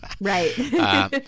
Right